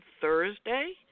Thursday